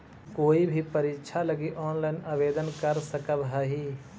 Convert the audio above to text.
तु कोई भी परीक्षा लगी ऑनलाइन आवेदन कर सकव् हही